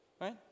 right